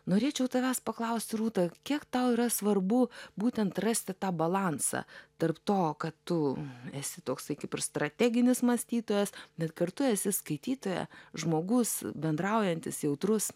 norėčiau tavęs paklausti rūta kiek tau yra svarbu būtent rasti tą balansą tarp to kad tu esi toksai kaip ir strateginis mąstytojas bet kartu esi skaitytoja žmogus bendraujantis jautrus